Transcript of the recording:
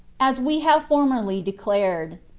as we have formerly declared.